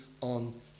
on